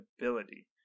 ability